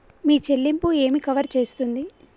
మీ చెల్లింపు ఏమి కవర్ చేస్తుంది?